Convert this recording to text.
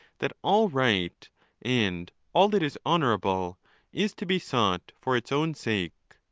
that all right and all that is honourable is to be sought for its own sake.